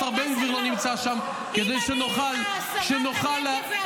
השר בן גביר לא נמצא שם כדי שנוכל -- אני רוצה להגיד לך משהו.